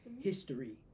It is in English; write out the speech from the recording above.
history